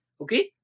Okay